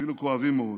אפילו כואבים מאוד.